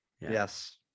Yes